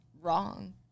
wrong